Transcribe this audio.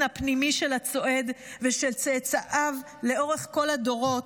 הפנימי של הצועד ושל צאצאיו לאורך כל הדורות,